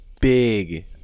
big